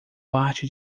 parte